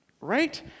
Right